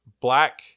black